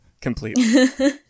Completely